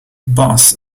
bass